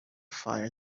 fire